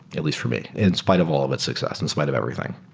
at least for me, in spite of all of its success, in spite of everything.